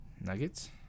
Nuggets